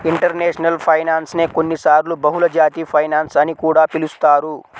international finance నే కొన్నిసార్లు బహుళజాతి ఫైనాన్స్ అని కూడా పిలుస్తారు